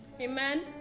Amen